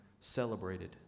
celebrated